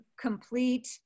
complete